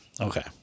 Okay